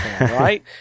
right